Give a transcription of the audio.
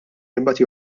imbagħad